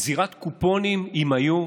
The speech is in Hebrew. גזירת קופונים, אם היו,